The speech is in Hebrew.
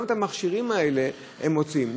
גם את המכשירים האלה הם מוציאים.